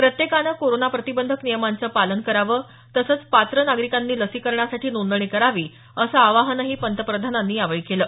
प्रत्येकानं कोरोना प्रतिबंधक नियंमांचं पालन करावं तसंच पात्र नागरिकांनी लसीकरणासाठी नोंदणी करावी असं आवाहनही पंतप्रधानांनी यावेळी केलं